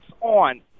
on